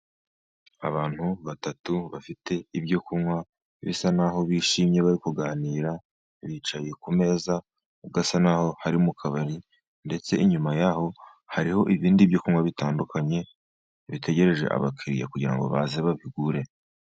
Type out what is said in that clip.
Abantu batatu bafite ibyo kunywa, bisa naho bishimye bari kuganira bicaye ku meza, ugasa naho hari mu kabari ndetse inyuma yaho hariho ibindi byo kunywa bitandukanye bitegereje abakiriya kugira ngo baze babigure.